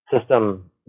system